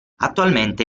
attualmente